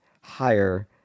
higher